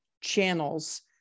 channels